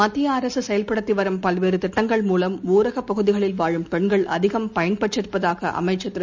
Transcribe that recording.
மத்திய அரசு செயல்படுத்தி வரும் பல்வேறு திட்டங்கள் மூலம் ஊரக பகுதிகளில் வாழும் பெண்கள் அதிகம் பயன்பெற்றிருப்பதாக அமைச்சர் திரு